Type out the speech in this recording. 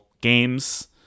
games